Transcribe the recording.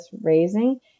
raising